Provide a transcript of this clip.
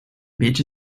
beetje